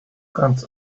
guns